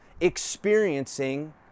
experiencing